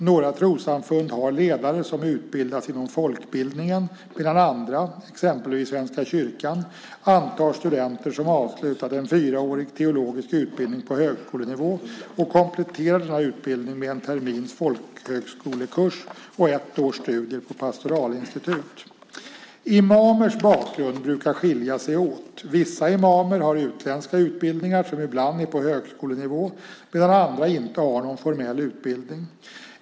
Några trossamfund har ledare som utbildas inom folkbildningen medan andra, exempelvis Svenska kyrkan, antar studenter som avslutat en fyraårig teologisk utbildning på högskolenivå och kompletterar denna utbildning med en termins folkhögskolekurs och ett års studier på pastoralinstitut. Imamers bakgrund brukar skilja sig åt. Vissa imamer har utländska utbildningar som ibland är på högskolenivå medan andra inte har någon formell utbildning.